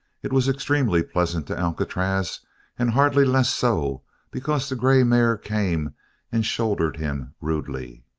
it was extremely pleasant to alcatraz and hardly less so because the grey mare came and shouldered him rudely.